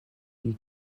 une